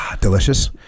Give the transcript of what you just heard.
delicious